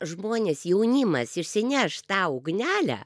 žmonės jaunimas išsineš tą ugnelę